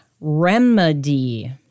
remedy